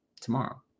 tomorrow